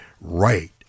right